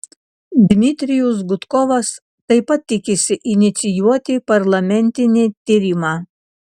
dmitrijus gudkovas taip pat tikisi inicijuoti parlamentinį tyrimą